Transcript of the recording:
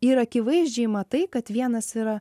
ir akivaizdžiai matai kad vienas yra